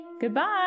Goodbye